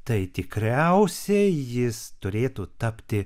tai tikriausiai jis turėtų tapti